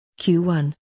Q1